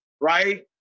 right